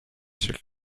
should